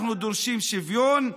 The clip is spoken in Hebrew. אנחנו דורשים שוויון.